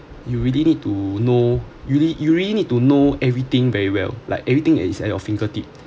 you really need to know you re~ you really need to know everything very well like everything is at your fingertip